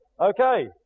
Okay